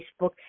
Facebook